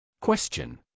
Question